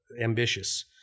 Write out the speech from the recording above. ambitious